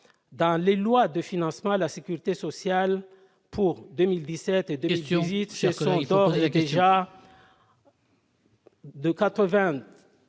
Dans les lois de financement de la sécurité sociale pour 2017 et 2018, ce sont d'ores et déjà 285